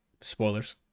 spoilers